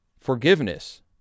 forgiveness